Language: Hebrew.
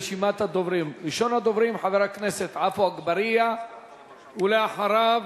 ראשון הדוברים חבר הכנסת עפו אגבאריה, ואחריו,